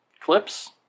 Clips